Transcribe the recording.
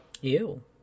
Ew